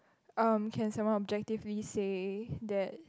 um can someone objectively say that